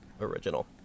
original